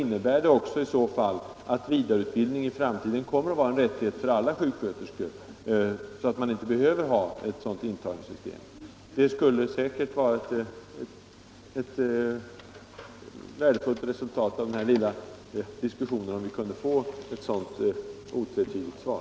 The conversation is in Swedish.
Innebär det också i så fall att vidareutbildning i framtiden kommer att vara en rättighet för alla sjuksköterskor och att man alltså inte behöver ha ett sådant intagningssystem till vidareutbildningen som det man nu har? Det skulle säkert vara ett värdefullt resultat av denna lilla diskussion, om vi kunde få ett sådant otvetydigt svar.